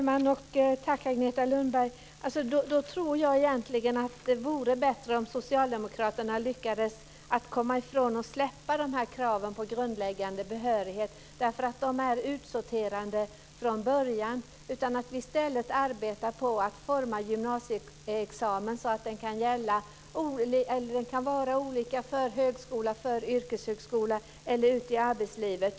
Fru talman! Tack, Agneta Lundberg! Då tror jag egentligen att det vore bättre om Socialdemokraterna lyckades släppa de här kraven på grundläggande behörighet. De är utsorterande från början. I stället skulle vi arbeta på att forma en gymnasieexamen som kan vara olika för högskola, yrkeshögskola eller arbetslivet.